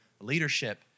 Leadership